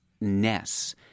ness